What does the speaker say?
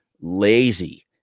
lazy